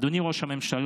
אדוני ראש הממשלה,